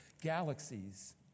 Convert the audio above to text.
galaxies